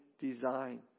design